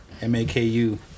M-A-K-U